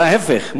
להיפך,